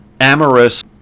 amorous